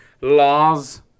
laws